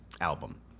album